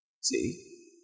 See